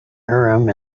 urim